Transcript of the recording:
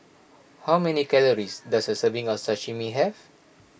how many calories does a serving of Sashimi have